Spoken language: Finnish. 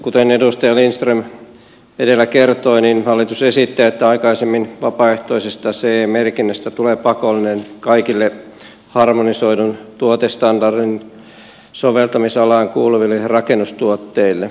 kuten edustaja lindström edellä kertoi hallitus esittää että aikaisemmin vapaaehtoisesta ce merkinnästä tulee pakollinen kaikille harmonisoidun tuotestandardin soveltamisalaan kuuluville rakennustuotteille